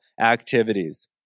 activities